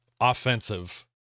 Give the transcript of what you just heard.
offensive